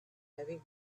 heavy